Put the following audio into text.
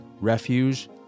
refuge